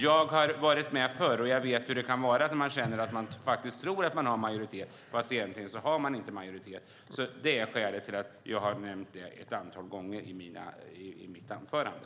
Jag har varit med förr och vet hur det kan vara när man tror att man har majoritet fast man egentligen inte har det. Det är skälet till att jag har nämnt det ett antal gånger i mitt anförande.